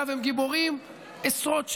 אגב, הם גיבורים עשרות שנים.